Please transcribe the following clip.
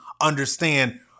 understand